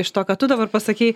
iš to ką tu dabar pasakei